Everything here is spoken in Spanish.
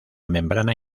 membrana